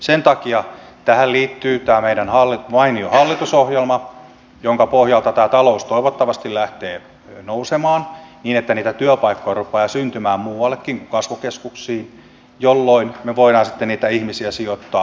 sen takia tähän liittyy tämä meidän mainio hallitusohjelmamme jonka pohjalta tämä talous toivottavasti lähtee nousemaan niin että niitä työpaikkoja rupeaa syntymään muuallekin kuin kasvukeskuksiin jolloin me voimme sitten niitä ihmisiä sijoittaa